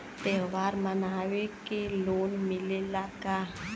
त्योहार मनावे के लोन मिलेला का?